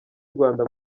rwanda